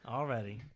Already